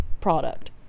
product